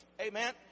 Amen